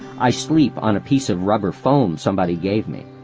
i sleep on a piece of rubber foam somebody gave me.